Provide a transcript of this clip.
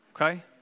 okay